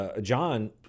John